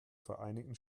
vereinigten